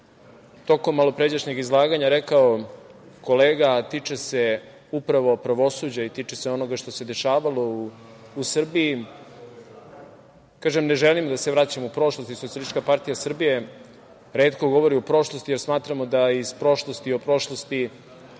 tokom malopređašnjeg izlaganja rekao kolega, a tiče se upravo pravosuđa i tiče se onoga što se dešavalo u Srbiji, kažem, ne želim da se vraćam u prošlost i SPS retko govori o prošlosti, a smatramo da iz prošlosti i o prošlosti